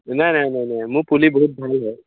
নাই নাই নাই নাই মোৰ পুলি বহুত ভালে হয়